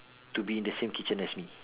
to be in the same kitchen as me